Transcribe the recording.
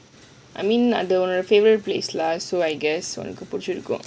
I mean அது உன்:athu un favourite place lah so I guess புடிச்சிருக்கும்:pudichirukkum